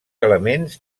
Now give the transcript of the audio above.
elements